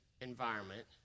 environment